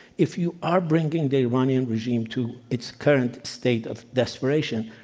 if you are bringing the iranian regime to its current state of desperation,